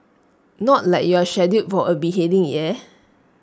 not like you're scheduled for A beheading eh